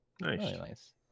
nice